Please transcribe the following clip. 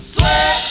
Sweat